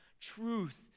truth